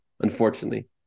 unfortunately